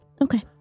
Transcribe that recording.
okay